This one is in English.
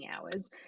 hours